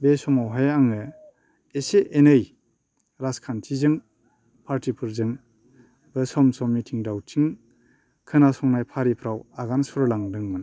बे समावहाय आङो एसे एनै राजखान्थिजों पार्टिफोरजों बा सम सम मिथिं दावथिं खोनासंनाय फारिफ्राव आगान सुरलांदोंमोन